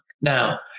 Now